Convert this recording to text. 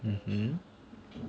mm mm